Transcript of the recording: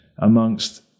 amongst